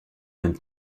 même